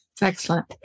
Excellent